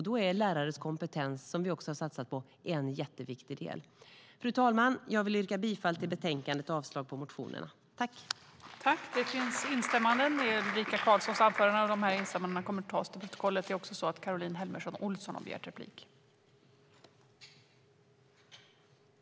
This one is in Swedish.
Då är lärares kompetens, som vi också har satsat på, en jätteviktig del. Fru talman! Jag vill yrka bifall till förslaget i betänkandet och avslag på motionerna. I detta anförande instämde Yvonne Andersson och Annika Eclund .